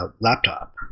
laptop